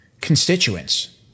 constituents